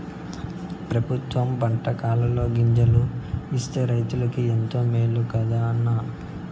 పెబుత్వం పంటకాలంలో గింజలు ఇస్తే రైతులకు ఎంతో మేలు కదా అన్న